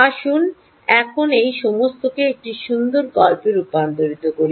আসুন এখন এই সমস্তকে একটি সুন্দর গল্পে রূপান্তর করি